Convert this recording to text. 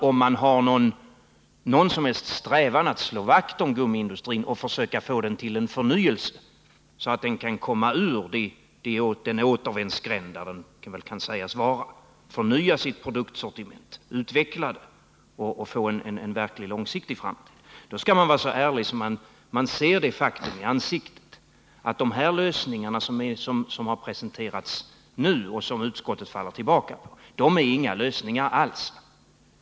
Om man har någon strävan att slå vakt om gummiindustrin och vill få till stånd en förnyelse av den, så att den kan komma ur den återvändsgränd där den nu kan sägas vara och förnya sitt produktsortiment, utveckla det och få en verkligt långsiktig framtid, då skall man vara så ärlig att man erkänner faktum, nämligen att de ”lösningar” som nu presenterats och som utskottet faller tillbaka på inte alls är några lösningar.